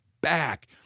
back